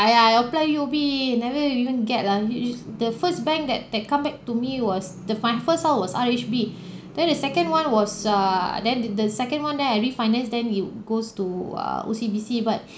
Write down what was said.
I I apply U_O_B never even get ah use~ the first bank that that come back to me was the fine~ first house was R_H_B then the second one was err then the the second one then I refinance then it goes to err O_C_B_C but